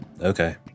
Okay